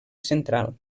central